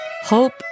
hope